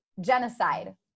genocide